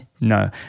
No